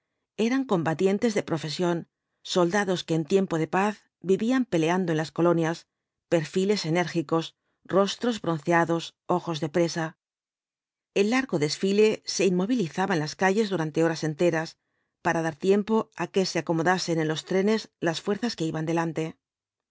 eran combatientes de profesión soldados que en tiempos de paz vivían peleando en las colonias perfiles enérgicos rostros bronceados ojos de presa el largo desfile se inmovilizaba en las calles durante horas enteras para dar tiempo á que se acomodasen en los trenes las fuerzas que iban delante